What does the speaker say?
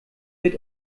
wird